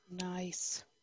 Nice